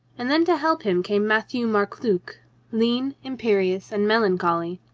and then to help him came matthieu-marc-luc, lean, imperious and melancholy.